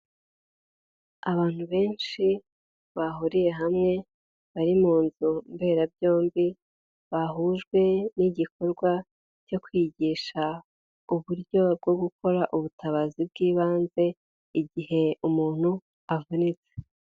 Abantu benshi bahuriye hamwe, bari mu nzu mberabyombi, bahujwe n'igikorwa cyo kwigisha uburyo bwo gukora ubutabazi bw'ibanze igihe umuntu avunitse.